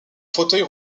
fauteuil